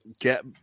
get